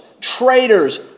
traitors